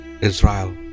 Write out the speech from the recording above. Israel